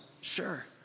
sure